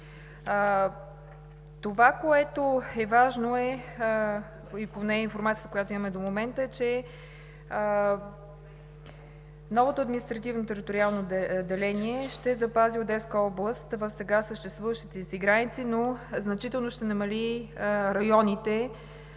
Това, което е важно, поне информацията, която имаме до момента, е, че новото административно-териториално деление ще запази Одеска област в сега съществуващите ѝ граници, но значително ще намали районите,